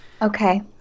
Okay